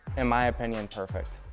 in my opinion, perfect.